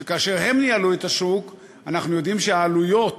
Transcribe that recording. שכאשר הם ניהלו את השוק אנחנו יודעים שהעלויות